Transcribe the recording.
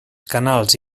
canals